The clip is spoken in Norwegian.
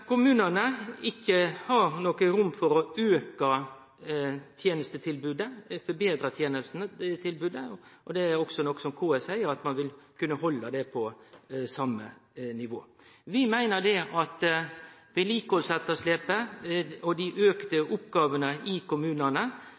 kommunane ikkje har noko rom for å auke og forbetre tenestetilbodet. KS seier også at ein vil kunne halde det på same nivå. Vi meiner at vedlikehaldsetterslepet og dei auka oppgåvene i kommunane